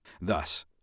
Thus